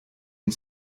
and